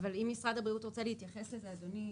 אבל אם משרד הבריאות רוצה להתייחס לזה, אדוני.